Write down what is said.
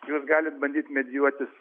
jūs galit bandyt medijuotis